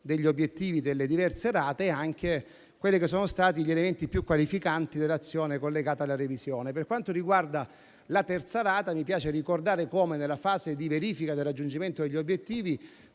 degli obiettivi delle diverse rate e gli elementi più qualificanti dell'azione collegata alla revisione. Per quanto riguarda la terza rata, mi piace ricordare come nella fase di verifica del raggiungimento degli obiettivi